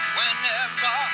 Whenever